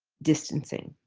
distancing.